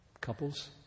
Couples